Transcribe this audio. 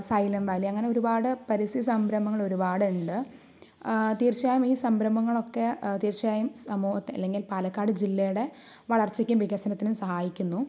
silent Valley അങ്ങനെ ഒരുപാട് പരിസ്ഥിതി സംരംഭങ്ങൾ ഒരുപാട് ഉണ്ട് തീർച്ചയായും ഈ സംരംഭങ്ങളൊക്കെ തീർച്ചയായും സമൂഹത്തെ അല്ലെങ്കിൽ പാലക്കാട് ജില്ലയുടെ വളർച്ചക്കും വികസനത്തിനും സഹായിക്കുന്നു